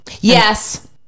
Yes